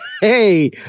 hey